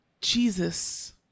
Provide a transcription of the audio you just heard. Jesus